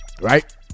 right